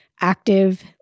active